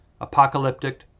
apocalyptic